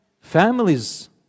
families